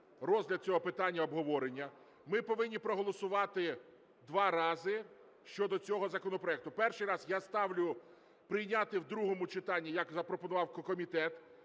розгляд цього питання обговорення, ми повинні проголосувати два рази щодо цього законопроекту. Перший раз, я ставлю прийняти в другому читанні, як запропонував комітет,